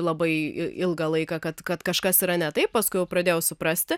labai ilgą laiką kad kad kažkas yra ne taip paskui jau pradėjau suprasti